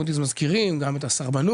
מוי'דס מזכירים גם את הסרבנות,